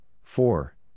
four